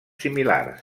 similars